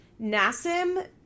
Nassim